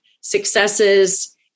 Successes